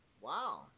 Wow